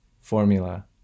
formula